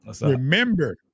Remember